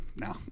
No